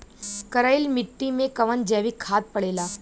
करइल मिट्टी में कवन जैविक खाद पड़ेला?